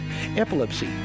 epilepsy